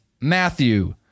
Matthew